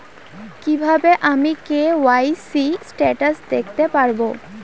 কিভাবে আমি KYC status দেখতে পারবো?